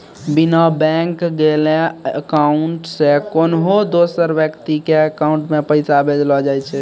बिना बैंक गेलैं अकाउंट से कोन्हो दोसर व्यक्ति के अकाउंट मे पैसा भेजलो जाय छै